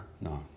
No